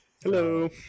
hello